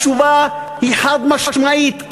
התשובה היא חד-משמעית,